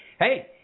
hey